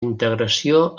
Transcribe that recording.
integració